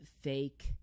fake